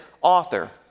author